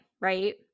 right